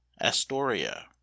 Astoria